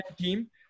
team